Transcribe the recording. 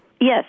Yes